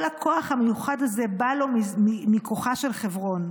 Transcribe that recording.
כל הכוח המיוחד הזה בא לו מכוחה של חברון,